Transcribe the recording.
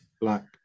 Black